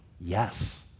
yes